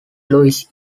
luis